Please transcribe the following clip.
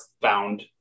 found